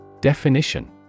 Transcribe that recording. Definition